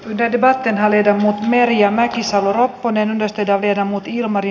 lebed vaati häneltä merja mäkisalo ropponen estetään vermutti ja mari